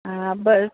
હા બસ